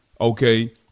okay